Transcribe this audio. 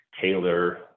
tailor